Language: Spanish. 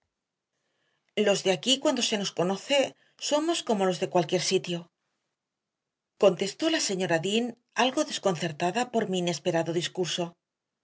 los de aquí cuando se nos conoce somos como los de cualquier otro sitio contestó la señora dean algo desconcertada por mi inesperado discurso